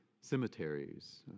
cemeteries